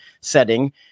setting